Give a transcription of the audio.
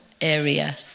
area